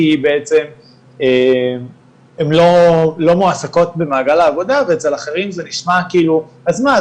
כי בעצם הן לא מועסקות במעגל העבודה ואצל אחרים זה נשמע כאילו "אז מה,